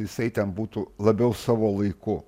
jisai ten būtų labiau savo laiku